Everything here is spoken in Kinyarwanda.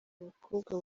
bakobwa